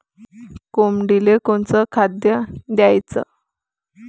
कोंबडीले कोनच खाद्य द्याच?